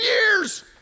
years